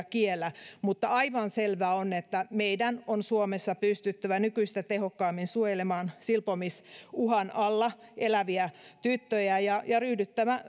kiellä mutta aivan selvä on että meidän on suomessa pystyttävä nykyistä tehokkaammin suojelemaan silpomisuhan alla eläviä tyttöjä ja ja ryhdyttävä